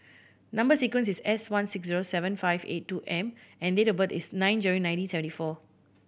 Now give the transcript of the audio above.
number sequence is S one six zero seven five eight two M and date of birth is nine January nineteen seventy four